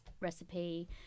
recipe